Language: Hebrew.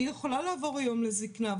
אני יכולה לעבור היום לזקנה,